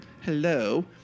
Hello